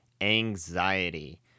anxiety